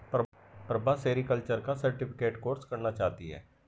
Prabha sericulture का certificate course करना चाहती है